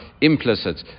implicit